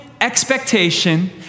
expectation